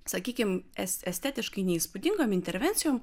sakykim es estetiškai neįspūdingom intervencijom